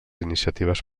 iniciatives